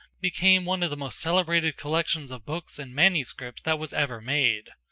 became one of the most celebrated collections of books and manuscripts that was ever made.